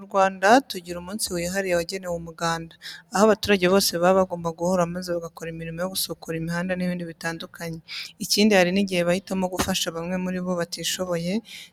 Mu Rwanda tugira umunsi wihariye wagenewe Umugana, aho abaturage bose baba bagomba guhura maze bagakora imirimo yo gusukura imihanda n'ibindi bitandukanye. Ikindi hari n'igihe bahitamo gufasha bamwe muri bo batishoboye.